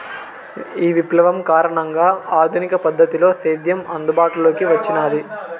ఈ విప్లవం కారణంగా ఆధునిక పద్ధతిలో సేద్యం అందుబాటులోకి వచ్చినాది